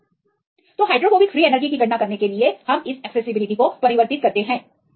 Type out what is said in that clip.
तो फिर हम हाइड्रोफोबिक फ्री एनर्जी की गणना करने के लिए इस एक्सेसिबिलिटी को परिवर्तित करते हैं